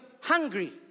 hungry